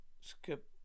skip